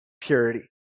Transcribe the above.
purity